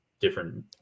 different